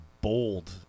bold